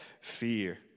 fear